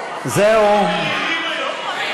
מרירים היום.